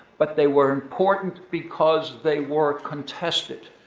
but they were important because they were contested.